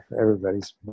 everybody's